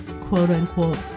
quote-unquote